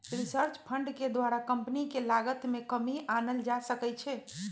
research fund के द्वारा company के लागत में कमी आनल जा सकइ छै